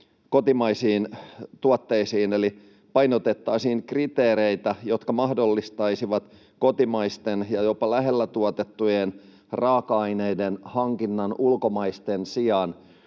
kotimaisiin tuotteisiin. Eli painotettaisiin kriteereitä, jotka mahdollistaisivat kotimaisten ja jopa lähellä tuotettujen raaka-aineiden hankinnan ulkomaisten sijaan.